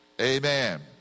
amen